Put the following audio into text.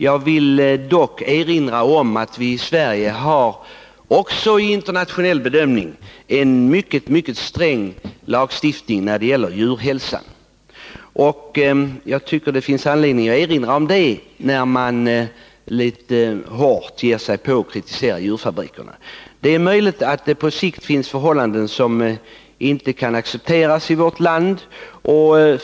Jag vill dock erinra om att vi i Sverige, även vid internationell bedömning, har en mycket sträng lagstiftning när det gäller djurhälsa. Jag tycker det finns anledning att erinra om det då djurfabrikerna kritiseras hårt. Det är möjligt att det finns förhållanden som på sikt inte kan accepteras i vårt land.